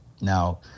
now